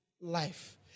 life